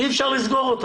אי-אפשר לסגור.